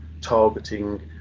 targeting